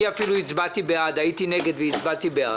אני אפילו הצבעתי בעד הייתי נגד והצבעתי בעד.